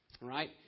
right